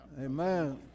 Amen